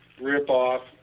rip-off